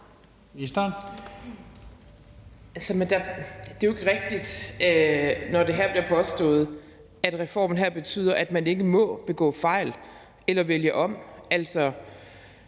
det er jo ikke rigtigt, når det her bliver påstået, at reformen her betyder, at man ikke må begå fejl eller vælge om.